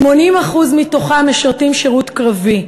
80% מתוכם משרתים שירות קרבי.